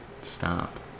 Stop